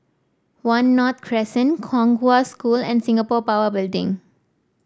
One North Crescent Kong Hwa School and Singapore Power Building